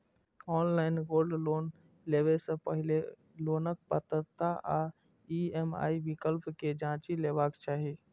online gold loan लेबय सं पहिने लोनक पात्रता आ ई.एम.आई विकल्प कें जांचि लेबाक चाही